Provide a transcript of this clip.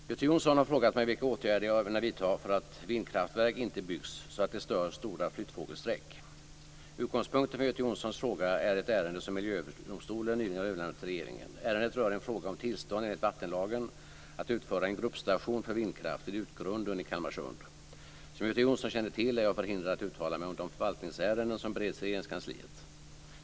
Herr talman! Göte Jonsson har frågat mig vilka åtgärder jag ämnar vidta för att vindkraftverk inte byggs så att de stör stora flyttfågelsträck. Utgångspunkten för Göte Jonssons fråga är ett ärende som Miljööverdomstolen nyligen har överlämnat till regeringen. Ärendet rör en fråga om tillstånd enligt vattenlagen att utföra en gruppstation för vindkraft vid Utgrunden i Kalmarsund. Som Göte Jonsson känner till är jag förhindrad att uttala mig om de förvaltningsärenden som bereds i Regeringskansliet.